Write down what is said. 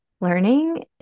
learning